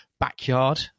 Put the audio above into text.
Backyard